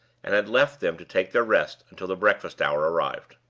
and had left them to take their rest until the breakfast hour arrived.